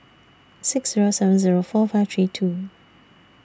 six Zero seven Zero four five three two